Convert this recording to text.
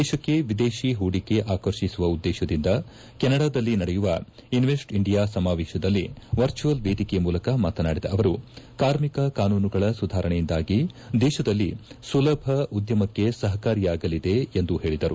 ದೇಶಕ್ಕೆ ವಿದೇಶಿ ಹೂಡಿಕೆ ಆಕರ್ಷಿಸುವ ಉದ್ದೇಶದಿಂದ ಕೆನಡಾದಲ್ಲಿ ನಡೆಯುವ ಇನ್ನೆಸ್ಟ್ ಇಂಡಿಯಾ ಸಮಾವೇಶದಲ್ಲಿ ವರ್ಚುವಲ್ ವೇದಿಕೆ ಮೂಲಕ ಮಾತನಾಡಿದ ಅವರು ಕಾರ್ಮಿಕ ಕಾನೂನುಗಳ ಸುಧಾರಣೆಯಿಂದಾಗಿ ದೇಶದಲ್ಲಿ ಸುಲಭ ಉದ್ದಮಕ್ಕೆ ಸಹಕಾರಿಯಾಗಲಿದೆ ಎಂದು ಹೇಳಿದರು